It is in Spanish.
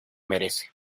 merece